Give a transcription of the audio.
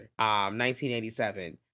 1987